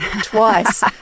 twice